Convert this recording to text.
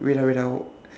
wait ah wait ah